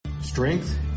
Strength